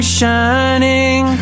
shining